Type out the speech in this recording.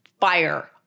fire